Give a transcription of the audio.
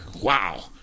wow